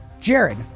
jared